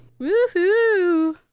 Woohoo